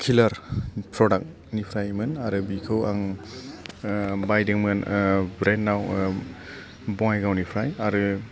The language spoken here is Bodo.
खिलार प्रदाक्ट निफ्रायमोन आरो बिखौ आं बायदोंमोन ब्रेन्ड आव बङाइगावनिफ्राय आरो